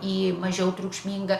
į mažiau triukšmingą